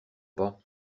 pas